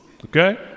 Okay